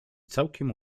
całkiem